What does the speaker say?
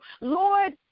Lord